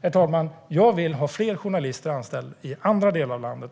Herr talman! Jag vill ha fler journalister anställda i andra delar av landet.